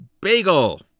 bagel